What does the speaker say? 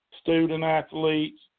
student-athletes